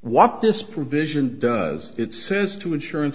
what this provision does it says to insurance